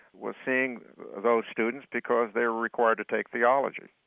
was seeing those students because they were required to take theology.